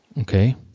okay